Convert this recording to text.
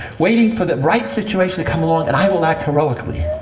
waiting for the right situation to come along, and i will act heroically.